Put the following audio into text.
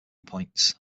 points